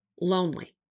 lonely